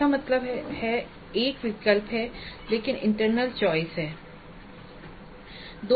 इसका मतलब है एक विकल्प है लेकिन इंटरनल चॉइस है